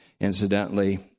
incidentally